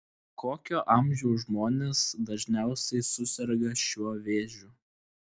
kokio amžiaus žmonės dažniausiai suserga šiuo vėžiu